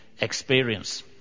experience